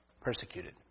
persecuted